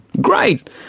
great